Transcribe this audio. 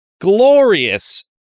glorious